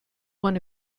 want